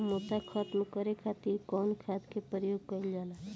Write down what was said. मोथा खत्म करे खातीर कउन खाद के प्रयोग कइल जाला?